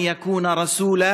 חוש כלפיו יראת כבוד /